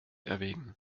erwägen